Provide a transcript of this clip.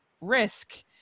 risk